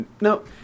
no